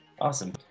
Awesome